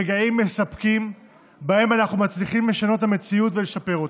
רגעים מספקים שבהם אנחנו מצליחים לשנות את המציאות ולשפר אותה.